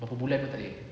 berapa bulan tak boleh